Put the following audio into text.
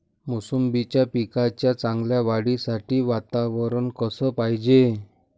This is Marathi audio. मोसंबीच्या पिकाच्या चांगल्या वाढीसाठी वातावरन कस पायजे?